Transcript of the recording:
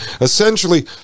Essentially